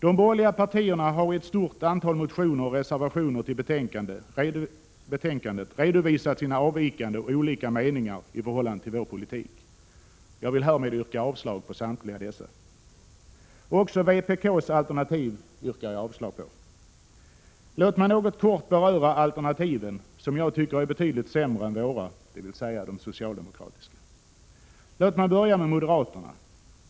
De borgerliga partierna har i ett stort antal motioner och reservationer till betänkandet redovisat sina avvikande meningar i förhållande till vår politik. Jag vill härmed yrka avslag på samtliga dessa. Också på vpk:s alternativ yrkas avslag. Låt mig kort beröra alternativen, som jag tycker är betydligt sämre än våra, dvs. de socialdemokratiska. Låt mig börja med moderaterna.